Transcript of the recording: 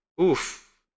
Oof